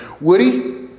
Woody